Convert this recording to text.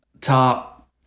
top